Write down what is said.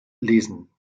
lesen